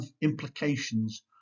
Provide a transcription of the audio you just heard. implications